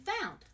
Found